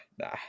nah